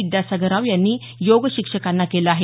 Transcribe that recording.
विद्यासागर राव यांनी योग शिक्षकांना केलं आहे